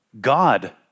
God